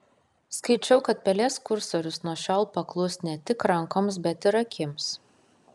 skaičiau kad pelės kursorius nuo šiol paklus ne tik rankoms bet ir akims